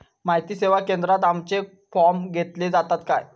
माहिती सेवा केंद्रात आमचे फॉर्म घेतले जातात काय?